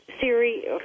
Siri